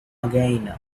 again